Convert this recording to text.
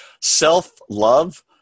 self-love